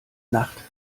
nacht